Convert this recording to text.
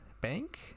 bank